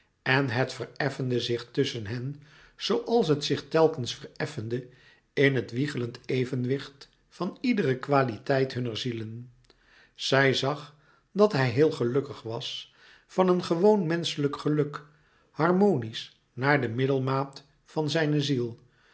en het vereffende zich tusschen hen zooals het zich telkens vereffende in het wiegelend evenlouis couperus metamorfoze wicht van iedere kwaliteit hunner zielen zij zag dat hij heel gelukkig was van een gewoon menschelijk geluk harmonisch naar de middelmaat van zijne ziel